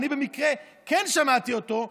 אני במקרה כן שמעתי אותו,